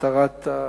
מטרת החקיקה,